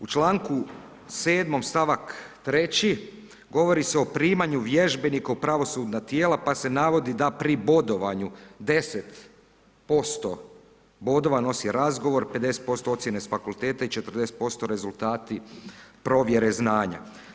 U čl. 7., st. 3. govori se o primanju vježbenika u pravosudna tijela, pa se navodi da pri bodovanju 10% bodova nosi razgovor, 50% ocjene s fakulteta i 40% rezultati provjere znanja.